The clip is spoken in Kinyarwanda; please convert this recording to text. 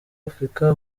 africa